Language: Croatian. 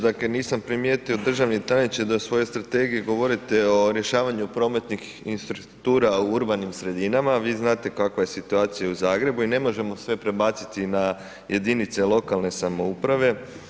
Dakle, nisam primijetio državni tajniče da u svojoj strategiji govorite o rješavanju prometnih infrastruktura u urbanim sredinama, vi znate kakva je situacija u Zagrebu i ne možemo sve prebaciti na jedinice lokalne samouprave.